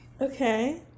Okay